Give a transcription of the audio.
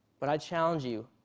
but i challenge you